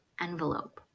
envelope